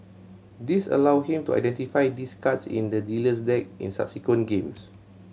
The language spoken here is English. this allowed him to identify these cards in the dealer's deck in subsequent games